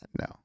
No